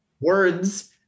words